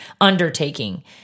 undertaking